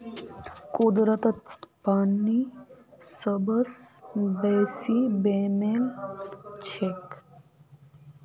कुदरतत पानी सबस बेसी बेमेल छेक